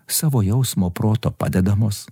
savo jausmo proto padedamos